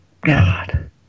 God